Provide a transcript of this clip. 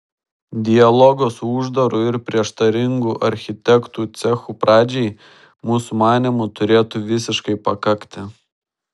dialogo su uždaru ir prieštaringu architektų cechu pradžiai mūsų manymu turėtų visiškai pakakti